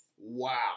Wow